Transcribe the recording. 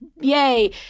yay